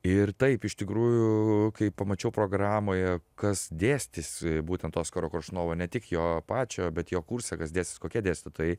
ir taip iš tikrųjų kai pamačiau programoje kas dėstys būtent oskaro koršunovo ne tik jo pačio bet jo kurse kas dėstys kokie dėstytojai